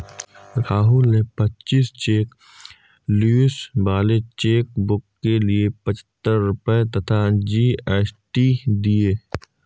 राहुल ने पच्चीस cheque leaves वाले चेकबुक के लिए पच्छत्तर रुपये तथा जी.एस.टी दिए